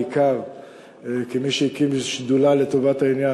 בעיקר כמי שהקים שדולה לטובת העניין,